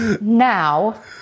Now